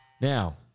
now